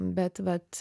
bet vat